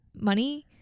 money